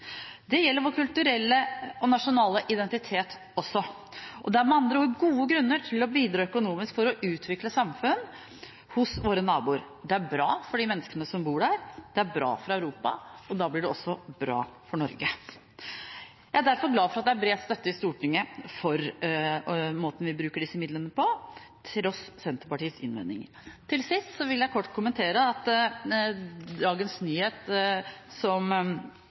Det gjelder også vår kulturelle og nasjonale identitet. Det er med andre ord gode grunner til å bidra økonomisk for å utvikle samfunn hos våre naboer. Det er bra for de menneskene som bor der, det er bra for Europa, og da blir det også bra for Norge. Jeg er derfor glad for at det er bred støtte i Stortinget for måten vi bruker disse midlene på, til tross for Senterpartiets innvendinger. Til sist vil jeg kort kommentere at dagens nyhet som